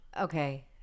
Okay